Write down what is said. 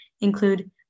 include